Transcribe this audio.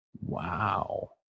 Wow